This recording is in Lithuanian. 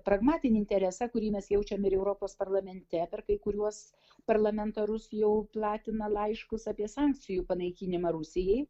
pragmatinį interesą kurį mes jaučiam ir europos parlamente per kai kuriuos parlamentarus jau platina laiškus apie sankcijų panaikinimą rusijai